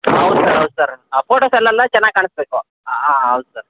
ಹೌದು ಸರ್ ಹೌದು ಸರ್ ಆ ಫೋಟೋಸಲ್ಲೆಲ್ಲ ಚೆನ್ನಾಗಿ ಕಾಣಿಸ್ಬೇಕು ಹೌದು ಸರ್